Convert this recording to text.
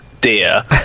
dear